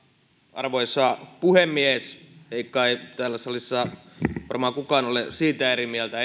arvoisa puhemies ei kai täällä salissa varmaan kukaan ole siitä eri mieltä